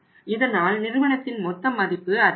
இதனால் நிறுவனத்தின் மொத்த மதிப்பு அதிகரிக்கும்